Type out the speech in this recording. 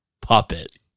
puppet